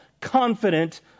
confident